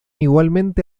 igualmente